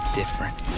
different